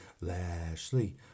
Lashley